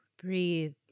Breathe